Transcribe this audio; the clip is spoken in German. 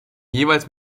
jeweils